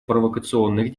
провокационных